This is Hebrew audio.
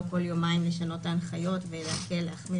בכל יומיים לשנות את ההנחיות ולהקל-להחמיר.